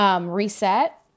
Reset